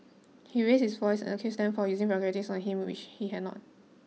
he raised his voice and accused them of using vulgarities on him which he had not